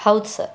ಹೌದು ಸರ್